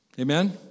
Amen